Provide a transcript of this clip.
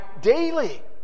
daily